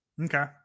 okay